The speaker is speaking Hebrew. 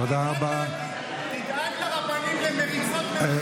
תדאג לרבנים למריצות, תודה רבה.